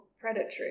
predatory